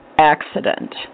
accident